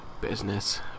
Business